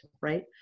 right